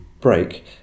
break